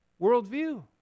worldview